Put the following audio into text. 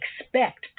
expect